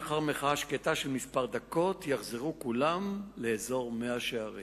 לאחר מחאה שקטה של כמה דקות יחזרו כולם לאזור מאה-שערים.